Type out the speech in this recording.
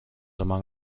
among